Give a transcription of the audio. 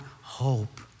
hope